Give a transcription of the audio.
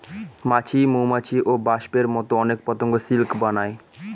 মাছি, মৌমাছি, ওবাস্পের মতো অনেক পতঙ্গ সিল্ক বানায়